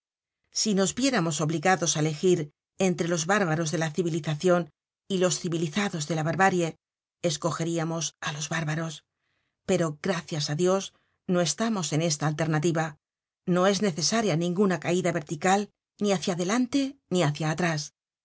si nos viéramos obligados á elegir entre los bárbaros de la civilizacion y los civilizados de la barbarie escogeríamos á los bárbaros pero gracias á dios no estamos en esta alternativa no es necesaria ninguna caida vertical ni hácia adelante ni hácia atrás